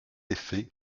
effet